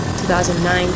2009